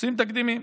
עושים תקדימים.